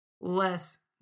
less